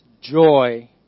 joy